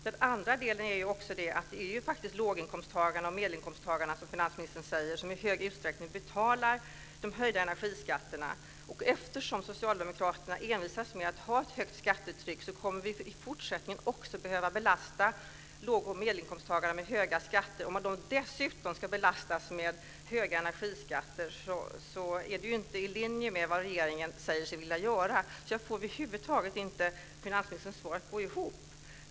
Den andra delen är att det är låginkomsttagarna och medelinkomsttagarna, som finansministern säger, som i stor utsträckning betalar de höjda energiskatterna. Eftersom socialdemokraterna envisas med att ha ett högt skattetryck kommer vi i fortsättningen också att behöva belasta låg och medelinkomsttagare med höga skatter. Om de dessutom ska belastas med höga energiskatter är det inte i linje med vad regeringen säger sig vilja göra. Jag får över huvud taget inte finansministerns svar att gå ihop.